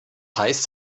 heißt